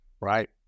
Right